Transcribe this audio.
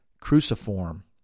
cruciform